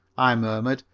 i murmured,